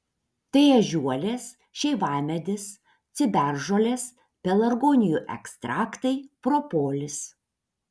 tai ežiuolės šeivamedis ciberžolės pelargonijų ekstraktai propolis